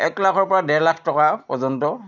এক লাখৰ পৰা দেৰ লাখ টকা পৰ্যন্ত